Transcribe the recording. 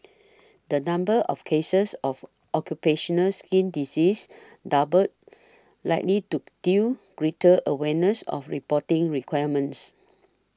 the number of cases of occupational skin disease doubled likely to due greater awareness of reporting requirements